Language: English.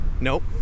Nope